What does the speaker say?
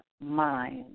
mind